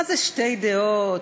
מה זה שתי דעות?